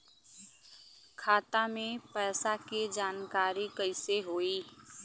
खाता मे पैसा के जानकारी कइसे होई?